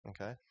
okay